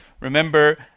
Remember